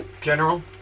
General